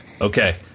Okay